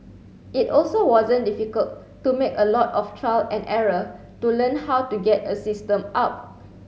it also wasn't difficult to make a lot of trial and error to learn how to get a system up